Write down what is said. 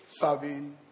serving